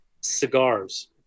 cigars